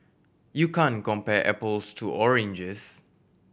you can compare apples to oranges